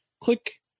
click